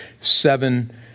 seven